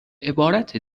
عبارت